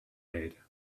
made